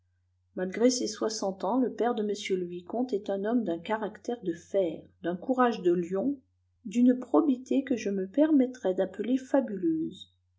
malgré ses soixante ans le père de m le vicomte est un homme d'un caractère de fer d'un courage de lion d'une probité que je me permettrai d'appeler fabuleuse